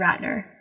Ratner